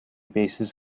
bases